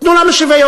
תנו לנו שוויון.